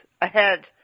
ahead